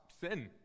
sin